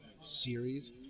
series